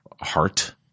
heart